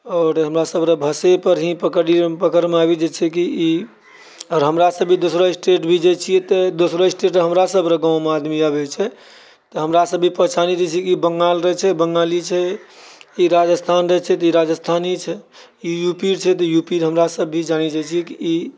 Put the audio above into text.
आओर हमरा सभ भाषा पर ही पकड़ी लिअऽ पकड़िमे आबि जाइत छै कि ई आओर हमरा सभ भी दोसरो स्टेट भी जाइत छिऐ दोसरो स्टेटसँ हमरा सभ रऽ गाँवमे आदमी आबैत छै तऽ हमरा सभ भी पहचानी जाइत छिऐ ई बङ्गाल रहए छै बङ्गाली छै ई राजस्थान रहैत छै तऽ ई राजस्थानी छै ई यूपी छिऐ तऽ हमरा सभ भी जानि जाइत छिऐ कि ई